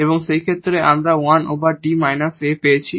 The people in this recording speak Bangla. এবং সেই ক্ষেত্রে আমরা 1 ওভার D মাইনাস a পেয়েছি